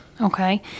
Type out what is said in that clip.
okay